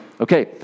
Okay